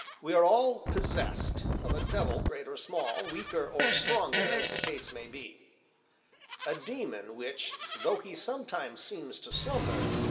we are all possessed of a devil great or small, weaker or stronger as the case may be a daemon which, though he sometimes seems to slumber,